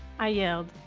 i yelled.